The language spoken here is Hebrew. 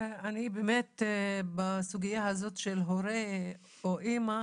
אני באמת בסוגיה הזאת של הורה או אמא,